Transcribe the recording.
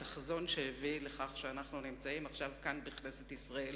את החזון שהביא לכך שאנחנו נמצאים עכשיו כאן בכנסת ישראל,